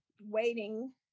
waiting